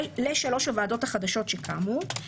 לשלוש הוועדות החדשות שקמו.